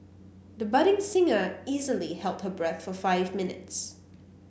the budding singer easily held her breath for five minutes